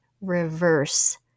reverse